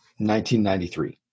1993